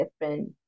different